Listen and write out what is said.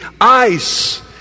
ice